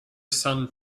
sun